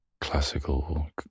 classical